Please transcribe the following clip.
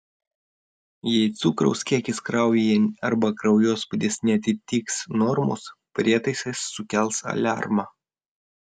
jei cukraus kiekis kraujyje arba kraujospūdis neatitiks normos prietaisas sukels aliarmą